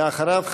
ואחריו,